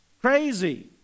crazy